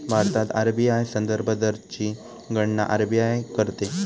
भारतात आर.बी.आय संदर्भ दरची गणना आर.बी.आय करते